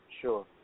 Sure